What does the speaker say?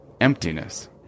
emptiness